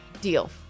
Deal